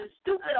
Stupid